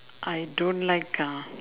I don't like ah